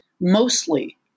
Mostly